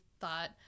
thought